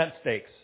stakes